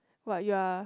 what you are